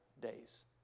days